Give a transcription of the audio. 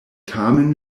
tamen